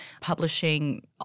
publishing